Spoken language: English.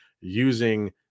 using